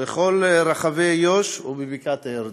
בכל רחבי יו"ש ובבקעת-הירדן.